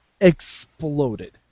exploded